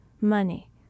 money